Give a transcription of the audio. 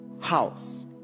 house